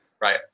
Right